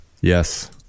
yes